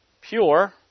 pure